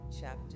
chapter